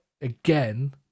again